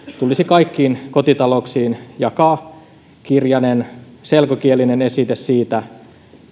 tulisi kaikkiin kotitalouksiin jakaa kirjanen selkokielinen esite siitä